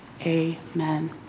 Amen